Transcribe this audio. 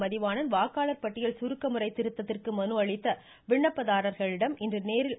மதிவாணன் வாக்காளர் பட்டியல் சுருக்கமுறை திருத்தத்திற்கு மனு அளித்த விண்ணப்பதாரர்களிடம் இன்று நேரில் ஆய்வு மேற்கொண்டார்